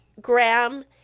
Graham